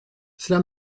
cela